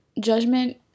judgment